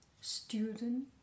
student